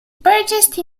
purchased